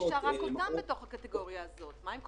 כל אחד מאיתנו קרוב אצל עצמו עם ארגונים